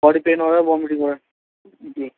body pain ہو رہا ہے وامیٹنگ ہو رہا ہے جی